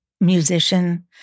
musician